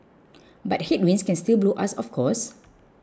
but headwinds can still blow us off course